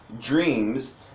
dreams